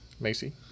Macy